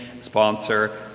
sponsor